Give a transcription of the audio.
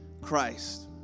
Christ